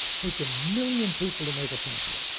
takes a million people to make a pencil.